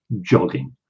jogging